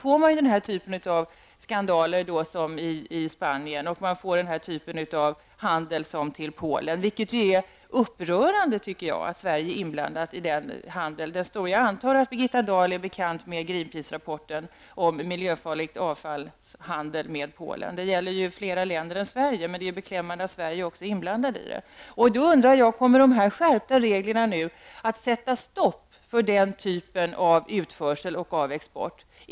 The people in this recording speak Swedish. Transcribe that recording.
Om vi inte gör det kommer vi att få den typ av skandaler som skedde i Spanien och den typ av handel som förekommit med Polen. Jag menar att det är upprörande att Sverige är inblandat i den handeln. Jag antar att Birgitta Dahl är bekant med Greenpeace-rapporten om handeln med Polen med miljöfarligt avfall. Detta gäller ju fler länder än Sverige, men det är beklämmande att även Sverige är inblandat. Kommer skärpningen av reglerna att sätta stopp för den typen av utförsel och av export?